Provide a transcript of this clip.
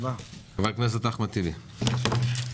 חבר הכנסת אחמד טיבי, בבקשה.